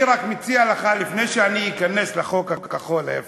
אני רק מציע לך, לפני שאני אכנס לחוק הכחול, היפה,